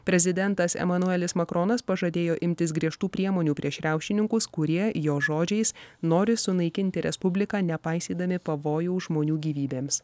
prezidentas emanuelis makronas pažadėjo imtis griežtų priemonių prieš riaušininkus kurie jo žodžiais nori sunaikinti respubliką nepaisydami pavojų žmonių gyvybėms